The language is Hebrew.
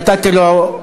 נתתי לו,